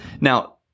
now